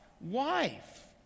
wife